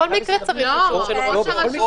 בכל מקרה צריך ראש רשות.